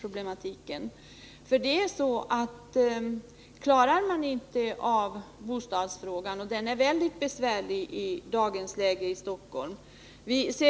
problemet. Ordnas inte bostadsfrågan — och den är i dag väldigt besvärlig i Stockholm — blir det svårt för ungdomarna att klara sig.